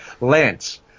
Lance